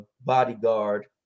bodyguard